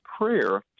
prayer